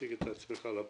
תציג את עצמך לפרוטוקול.